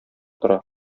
тора